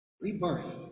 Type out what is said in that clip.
rebirth